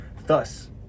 Thus